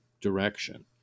direction